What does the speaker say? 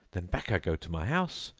then back i go to my house,